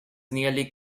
nearly